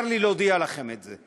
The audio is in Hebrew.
צר לי להודיע לכם את זה.